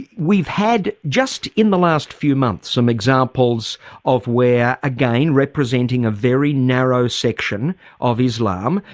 we've had just in the last few months some examples of where, again representing a very narrow section of islam,